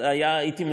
הייתי מתוכנן,